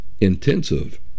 intensive